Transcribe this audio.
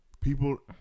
People